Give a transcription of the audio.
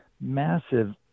massive